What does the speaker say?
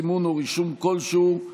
סימון או רישום כלשהו,